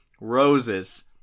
roses